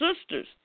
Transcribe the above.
sisters